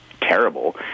terrible